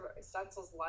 stencils